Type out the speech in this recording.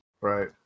right